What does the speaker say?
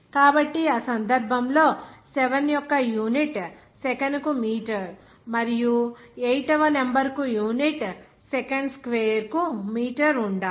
కాబట్టి ఆ సందర్భంలో 7 యొక్క యూనిట్ సెకనుకు మీటర్ మరియు 8 వ నెంబర్ కు యూనిట్ సెకండ్ స్క్వేర్ కు మీటర్ ఉండాలి